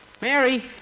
Mary